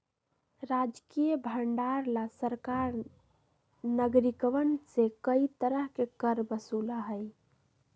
राजकीय भंडार ला सरकार नागरिकवन से कई तरह के कर वसूला हई